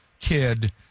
kid